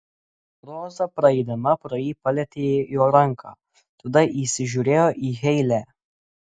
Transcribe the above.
roza praeidama pro jį palietė jo ranką tada įsižiūrėjo į heile